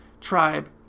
tribe